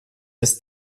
des